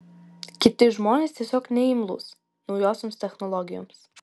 kiti žmonės tiesiog neimlūs naujosioms technologijoms